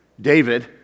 David